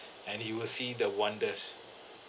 and you will see the wonders